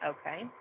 Okay